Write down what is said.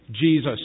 jesus